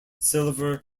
silver